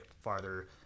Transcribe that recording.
farther